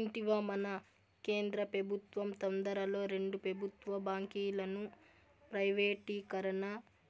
ఇంటివా, మన కేంద్ర పెబుత్వం తొందరలో రెండు పెబుత్వ బాంకీలను ప్రైవేటీకరణ